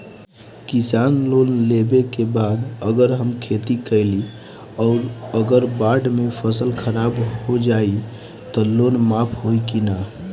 किसान लोन लेबे के बाद अगर हम खेती कैलि अउर अगर बाढ़ मे फसल खराब हो जाई त लोन माफ होई कि न?